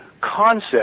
concept